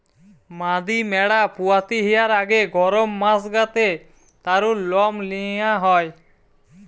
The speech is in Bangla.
মাদি ম্যাড়া পুয়াতি হিয়ার আগে গরম মাস গা তে তারুর লম নিয়া হয়